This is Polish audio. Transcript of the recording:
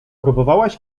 próbowałaś